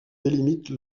délimite